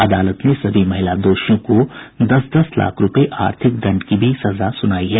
अदालत ने सभी महिला दोषियों को दस दस लाख रुपये आर्थिक दण्ड की भी सजा सुनाई है